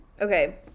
okay